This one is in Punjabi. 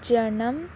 ਜਨਮ